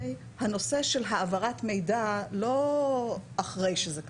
הנושא של העברת מידע לא אחרי שזה קרה,